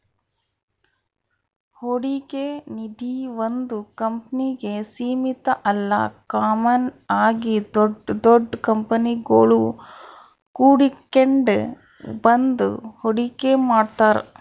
ಹೂಡಿಕೆ ನಿಧೀ ಒಂದು ಕಂಪ್ನಿಗೆ ಸೀಮಿತ ಅಲ್ಲ ಕಾಮನ್ ಆಗಿ ದೊಡ್ ದೊಡ್ ಕಂಪನಿಗುಳು ಕೂಡಿಕೆಂಡ್ ಬಂದು ಹೂಡಿಕೆ ಮಾಡ್ತಾರ